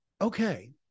Okay